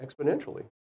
exponentially